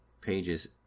pages